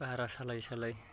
भारा सालाय सालाय